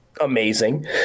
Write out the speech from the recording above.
amazing